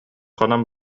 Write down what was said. хонон